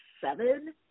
seven